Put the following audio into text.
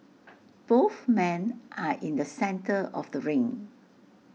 both men are in the centre of the ring